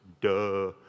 duh